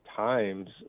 times